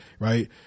Right